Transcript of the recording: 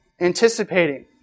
anticipating